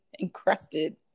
encrusted